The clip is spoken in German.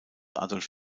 adolf